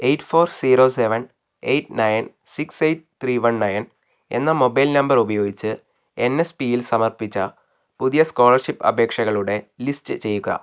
eight four zero seven eight nine six eight three one nine എന്ന mobile number ഉപയോഗിച്ച് N S പിയിൽ സമർപ്പിച്ച പുതിയ സ്കോളർഷിപ്പ് അപേക്ഷകളുടെ ലിസ്റ്റ് ചെയ്യുക